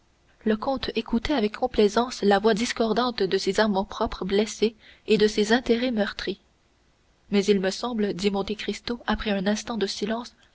le comte écoutait avec complaisance la voix discordante de ces amours-propres blessés et de ces intérêts meurtris mais il me semble dit monte cristo après un instant de silence